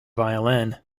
violin